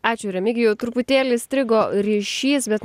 ačiū remigijau truputėlį strigo ryšys bet